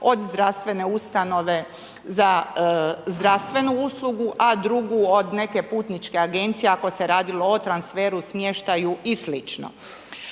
od zdravstvene ustanove za zdravstvenu uslugu a drugu od neke putničke agencije ako se radilo o transferu, smještaju i sl.